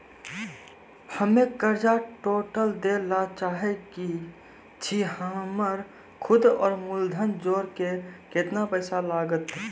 हम्मे कर्जा टोटल दे ला चाहे छी हमर सुद और मूलधन जोर के केतना पैसा लागत?